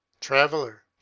traveler